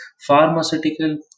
pharmaceutical